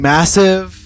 Massive